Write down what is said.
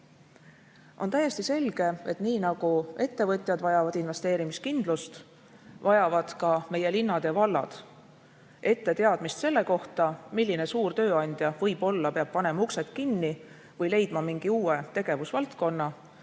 On täiesti selge, et nii nagu ettevõtjad vajavad investeerimiskindlust, vajavad ka meie linnad ja vallad teadmist selle kohta, milline suur tööandja võib-olla peab panema uksed kinni või leidma mingi uue tegevusvaldkonna,